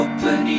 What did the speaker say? Open